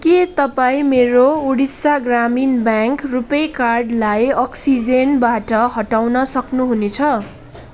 के तपाईँ मेरो ओडिसा ग्रामीण ब्याङ्क रुपे कार्डलाई अक्सिजेनबाट हटाउन सक्नुहुनेछ